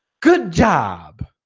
good job